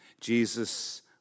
Jesus